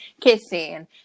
kissing